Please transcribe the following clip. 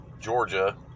Georgia